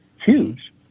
huge